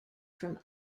from